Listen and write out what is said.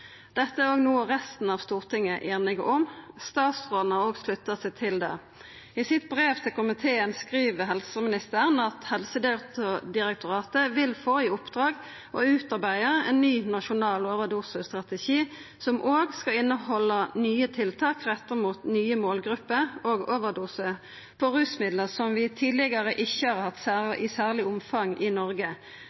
Dette er no resten av Stortinget einig om. Statsråden har òg slutta seg til det. I sitt brev til komiteen skriv helseministeren at Helsedirektoratet vil få i oppdrag å utarbeida ein ny nasjonal overdosestrategi som òg skal innehalda nye tiltak retta mot nye målgrupper og overdosar på rusmiddel vi tidlegare ikkje har hatt i særleg omfang i Noreg.